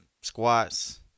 squats